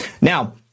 Now